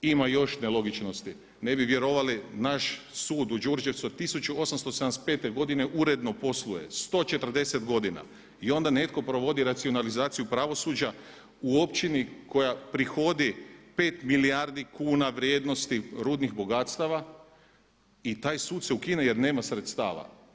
Ima još nelogičnosti, ne bi vjerovali naš Sud u Đurđevcu od 1875. godine uredno posluje, 140 godina i onda netko provodi racionalizaciju pravosuđa u općini koja prihodi 5 milijardi kuna vrijednosti rudnih bogatstava i taj sud se ukine jer nema sredstava.